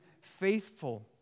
faithful